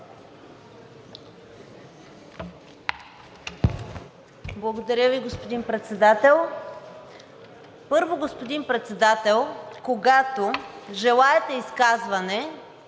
Благодаря Ви, господин Председател. Първо, господин Председател, когато желаете изказване,